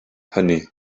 hynny